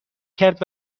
کرد